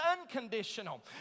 unconditional